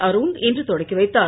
அருண் இன்று தொடக்கி வைத்தார்